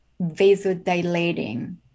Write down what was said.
vasodilating